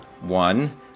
One